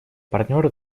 партнеры